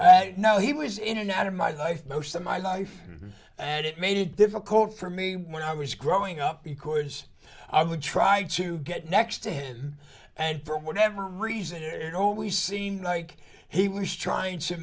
know he was in and out of my life most of my life and it made it difficult for me when i was growing up because i would try to get next ten and for whatever reason there always seemed like he was trying to